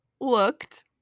looked